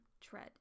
tread